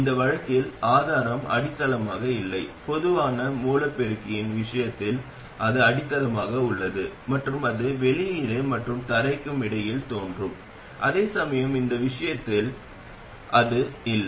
இந்த வழக்கில் ஆதாரம் அடித்தளமாக இல்லை பொதுவான மூல பெருக்கியின் விஷயத்தில் அது அடித்தளமாக உள்ளது மற்றும் அது வெளியீடு மற்றும் தரைக்கு இடையில் தோன்றும் அதேசமயம் இந்த விஷயத்தில் அது இல்லை